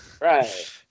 Right